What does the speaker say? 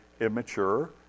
immature